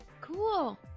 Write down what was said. Cool